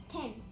Ten